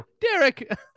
Derek